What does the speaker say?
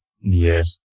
Yes